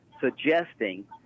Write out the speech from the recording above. suggesting